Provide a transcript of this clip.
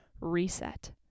reset